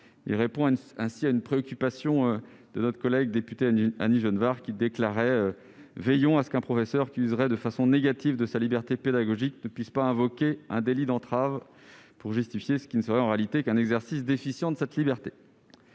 », répondant ainsi à une préoccupation de notre collègue députée Annie Genevard. Celle-ci déclarait en effet :« Veillons à ce qu'un professeur qui userait de façon négative de sa liberté pédagogique ne puisse pas invoquer un délit d'entrave pour justifier ce qui ne serait en réalité qu'un exercice déficient de cette liberté. »